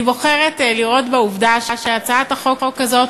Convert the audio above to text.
אני בוחרת לראות בעובדה שהצעת החוק הזאת